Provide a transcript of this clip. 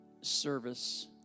service